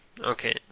Okay